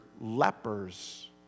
lepers